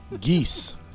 Geese